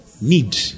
Need